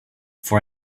for